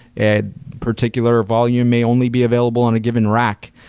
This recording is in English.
and particular volume may only be available on a given rack.